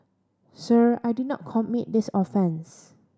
sir I did not commit this offence